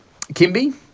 Kimby